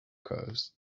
curves